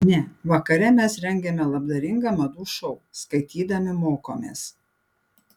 ne vakare mes rengiame labdaringą madų šou skaitydami mokomės